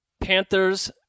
Panthers